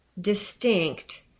distinct